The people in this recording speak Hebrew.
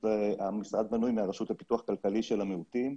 המשרד בנוי מהרשות לפיתוח כלכלי של המיעוטים,